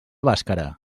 bàscara